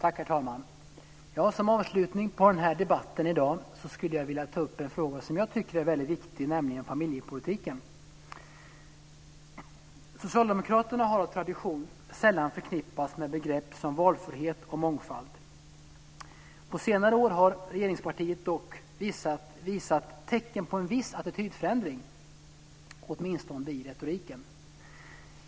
Herr talman! Som avslutning på debatten här i dag skulle jag vilja ta upp en fråga som jag tycker är väldigt viktig, nämligen familjepolitiken. Socialdemokraterna har av tradition sällan förknippats med begrepp som valfrihet och mångfald. På senare år har regeringspartiet dock visat tecken på en viss attitydförändring, åtminstone i retoriken.